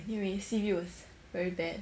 anyways C_B was very bad